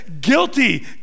guilty